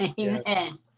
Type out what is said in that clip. Amen